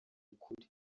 ukuri